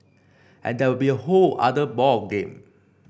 and that will be a whole other ball game